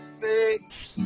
face